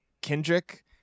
Kendrick